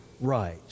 right